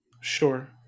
Sure